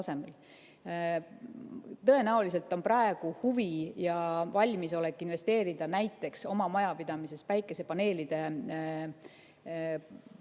tasemel. Tõenäoliselt on praegu huvi ja valmisolek investeerida näiteks oma majapidamises päikesepaneelide paigaldamisse